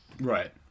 right